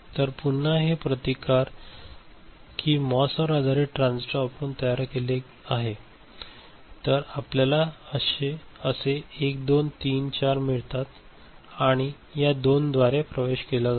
तर पुन्हा हे प्रतिकार की मॉस आधारित ट्रान्झिस्टर वापरुन तयार केले गेले आहे तर आपल्याला असे 1 2 3 4 मिळातात आणि या 2 द्वारे प्रवेश करता येतो